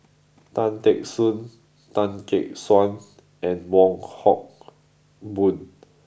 Tan Teck Soon Tan Gek Suan and Wong Hock Boon